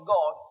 God